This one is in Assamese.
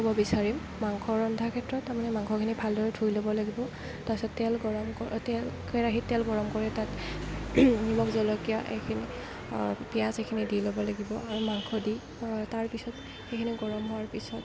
ক'ব বিচাৰিম মাংস ৰন্ধা ক্ষেত্ৰত তাৰমানে মাংসখিনি ভালদৰে ধুই ল'ব লাগিব তাৰপিছত তেল গৰম কৰি তেল কেৰাহীত তেল গৰম কৰি তাত নিমখ জলকীয়া এইখিনি পিঁয়াজ এইখিনি দি ল'ব লাগিব আৰু মাংস দি তাৰপিছত সেইখিনি গৰম হোৱাৰ পিছত